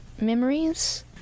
memories